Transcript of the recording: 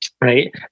Right